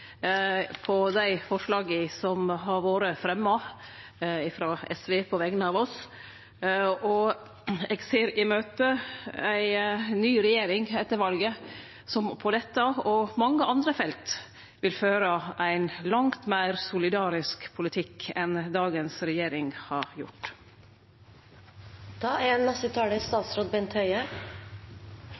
på dei forslaga som har vore fremja av SV på vegner av oss, og eg ser i møte ei ny regjering etter valet som på dette og mange andre felt vil føre ein langt meir solidarisk politikk enn dagens regjering har gjort. Legemiddelmarkedet er